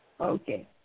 Okay